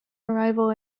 arrival